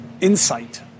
insight